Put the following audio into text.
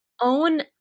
own